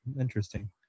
Interesting